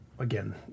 again